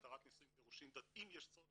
התרת נישואין, אם יש צורך